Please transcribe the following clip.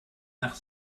nach